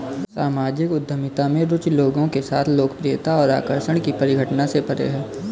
सामाजिक उद्यमिता में रुचि लोगों के साथ लोकप्रियता और आकर्षण की परिघटना से परे है